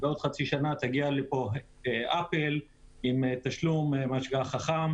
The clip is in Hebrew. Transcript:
בעוד חצי שנה תגיע לפה אפל עם תשלום חכם.